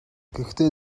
гэхдээ